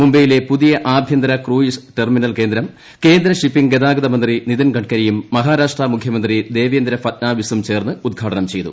മുംബൈയ്ക്കിലെ പുതിയ ആഭ്യന്തര cruise terminal കേന്ദ്രം കേന്ദ്ര ഷിപ്പിംഗ് ഗൃതാഗത മന്ത്രി നിതിൻ ഗഡ്കരിയും മഹാരാഷ്ട്ര മുഖ്യമന്ത്രി ദ്രേവ്യേന്ദ്ര ഫട്നാവിസും ചേർന്ന് ഉദ്ഘാടനം ചെയ്തു